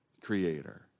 creator